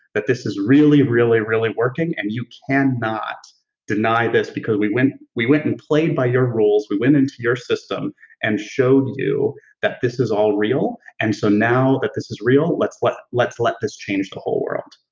that this is really, really, really working and you can't deny this because we went we went and played by your rules, we went into your system and showed you that this is all real and so now that this is real, let's let let's let this change the whole world.